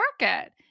market